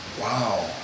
Wow